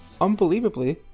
Unbelievably